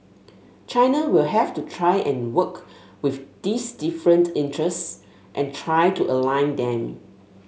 China will have to try and work with these different interests and try to align them